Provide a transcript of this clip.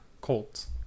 Colts